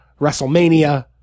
WrestleMania